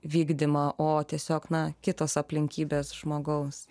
vykdymą o tiesiog na kitos aplinkybės žmogaus